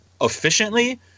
efficiently